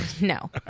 no